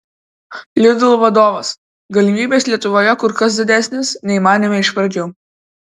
lidl vadovas galimybės lietuvoje kur kas didesnės nei manėme iš pradžių